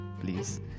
Please